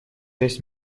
шесть